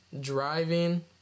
driving